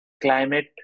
climate